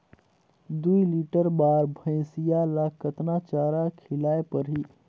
दुई लीटर बार भइंसिया ला कतना चारा खिलाय परही?